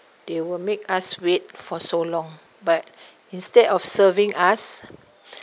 they will make us wait for so long but instead of serving us